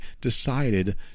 decided